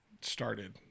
started